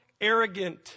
arrogant